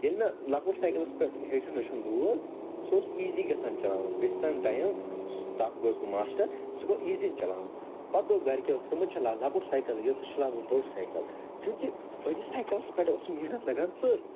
ییٚلہِ مےٚ لۄکُٹ سایکَلَس پٮ۪ٹھ ہیٚچھُن ویٚچھُن لوگ سُہ اوس ایٖزی گَژھان چَلاوُن وِد سَم ٹایم سُہ تتھ گوس بہٕ ماسٹر سُہ گوٚو ایٖزی چلاوُن پَتہٕ دوٚپ گھرِکیٚو ژٕ مہٕ چَلاو لۄکُٹ سایکَلٕے یوت ژٕ چَلاو ہُو بوٚڑ سایکَل چونٛکہِ بٔڑِس سایکَلَس پٮ۪ٹھ ٲس محنت لَگان ژٔر